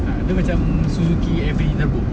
ah dia macam Suzuki heavy turbo